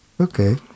Okay